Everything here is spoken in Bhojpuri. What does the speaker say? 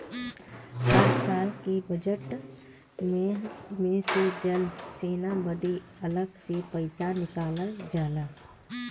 हर साल के बजेट मे से जल सेना बदे अलग से पइसा निकालल जाला